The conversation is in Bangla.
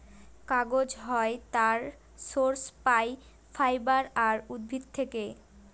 কাগজ হয় তার সোর্স পাই ফাইবার আর উদ্ভিদ থেকে